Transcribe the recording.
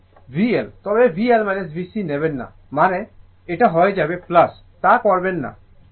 এখানে এটি VL তবে VL VC নেবেন না মানে এটা হয়ে যাবে তা করবেন না